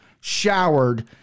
showered